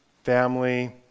family